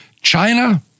China